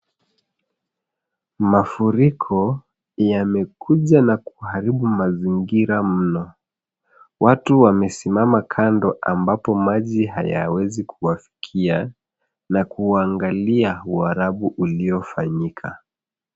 Mafuriko yamekuja na kuharibu mazingira mno watu wamesimama kando ambapo maji hayawezi kuwafikia na kuwaangalia uwarabu uliofanyika.